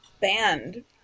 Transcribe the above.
band